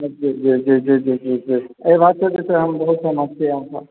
जी जी जी जी जी जी एहि बात से जे छै हम बहुत सहमत छी